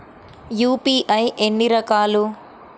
UPI ఎన్ని రకాలు?